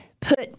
put